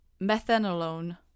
methanolone